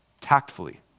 tactfully